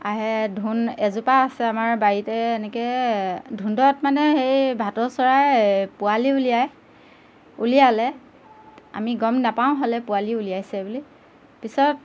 আহে ধুন্দ এজোপা আছে আমাৰ বাৰীতে এনেকৈ ধুন্দত মানে সেই ভাটৌ চৰাই পোৱালি উলিয়াই উলিয়ালে আমি গম নাপাওঁ হ'লে পোৱালি উলিয়াইছে বুলি পিছত